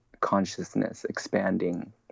consciousness-expanding